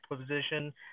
position